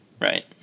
Right